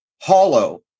hollow